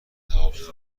هواپیما